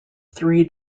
three